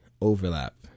overlap